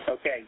Okay